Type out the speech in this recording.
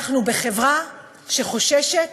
בחברה שחוששת